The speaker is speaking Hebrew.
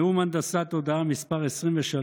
נאום הנדסת תודעה מס' 23,